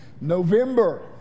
November